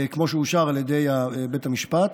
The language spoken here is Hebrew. כמו שהוא אושר על ידי בית המשפט.